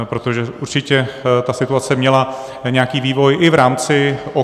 Protože určitě ta situace měla nějaký vývoj i v rámci OKD.